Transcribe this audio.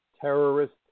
terrorist